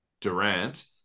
Durant